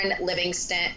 Livingston